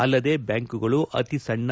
ಅಲ್ಲದೆ ಬ್ಯಾಂಕುಗಳು ಅತಿಸಣ್ಣ